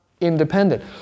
independent